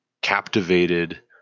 captivated